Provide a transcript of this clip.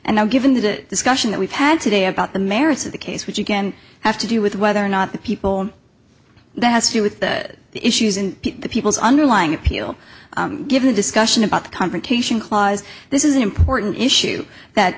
now given the discussion that we've had today about the merits of the case which again have to do with whether or not the people that has to deal with the issues in the people's underlying appeal given a discussion about the confrontation clause this is an important issue that